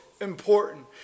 important